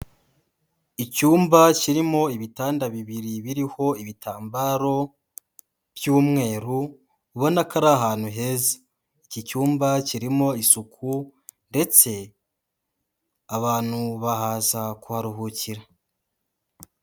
Icyumba kirimo ibitanda bibiri biriho ibitambaro by'umweru ubona ko ari ahantu heza, iki cyumba kirimo isuku ndetse abantu bahaza kuharuhukira.